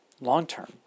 long-term